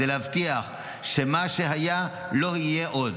כדי להבטיח שמה שהיה לא יהיה עוד.